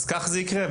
אז כך זה יקרה.